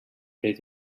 pell